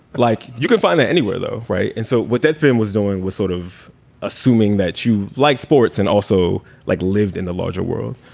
like you can find that anywhere, though, right? and so what that theme was doing was sort of assuming that you like sports and also like lived in the larger world.